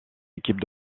équipe